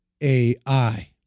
AI